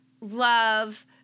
love